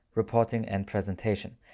reporting and presentation.